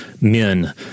men